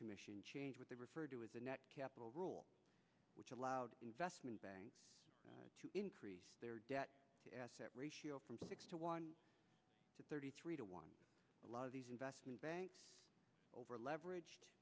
commission change what they refer to as the net capital rule which allowed investment banks to increase their debt to asset ratio from six to one to thirty three to one a lot of these investment banks over leverage